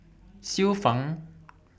Xiu Fang